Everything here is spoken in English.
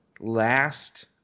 last